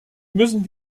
müssen